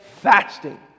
fasting